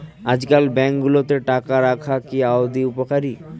আজকাল ব্যাঙ্কগুলোতে টাকা রাখা কি আদৌ উপকারী?